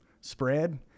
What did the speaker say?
spread